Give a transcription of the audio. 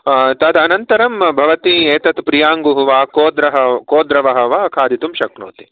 तदनन्तरं भवती एतत् प्रियाङ्गुः वा कोद्र् कोद्रवः वा खदितुं शक्नोति